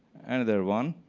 and another one.